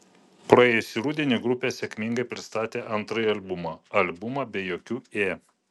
praėjusį rudenį grupė sėkmingai pristatė antrąjį albumą albumą be jokių ė